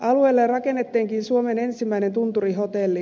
alueelle rakennettiinkin suomen ensimmäinen tunturihotelli